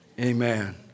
Amen